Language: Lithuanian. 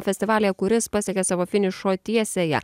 festivalyje kuris pasiekė savo finišo tiesiąją